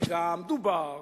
וגם דובר